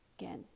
again